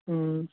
हूँ